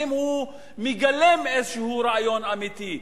ואם הוא מגלם איזה רעיון אמיתי,